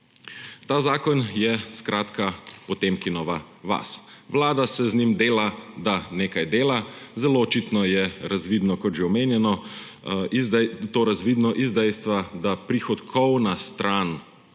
Ta zakon je skratka Potemkinova vas. Vlada se z njim dela, da nekaj dela, zelo očitno je razvidno, kot že omenjeno, to razvidno iz dejstva, da prihodkovna stran